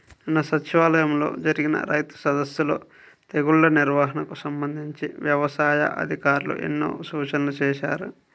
నిన్న సచివాలయంలో జరిగిన రైతు సదస్సులో తెగుల్ల నిర్వహణకు సంబంధించి యవసాయ అధికారులు ఎన్నో సూచనలు చేశారు